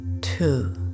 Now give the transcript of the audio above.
Two